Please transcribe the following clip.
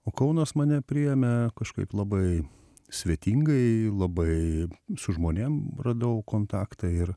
o kaunas mane priėmė kažkaip labai svetingai labai su žmonėm radau kontaktą ir